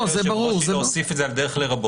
--- אם היה מבקש היושב-ראש להוסיף את זה על דרך "לרבות",